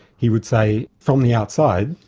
he would say from the outside,